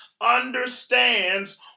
understands